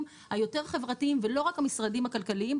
היותר חברתיים ולא רק המשרדים הכלכליים,